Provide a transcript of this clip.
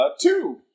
two